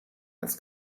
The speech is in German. als